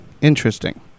Interesting